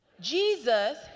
Jesus